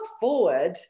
forward